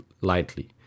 lightly